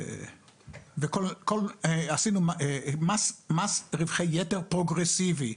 ועשינו מס רווחי יתר פרוגרסיבי.